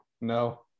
No